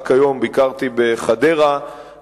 רק היום ביקרתי בחדרה,